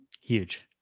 huge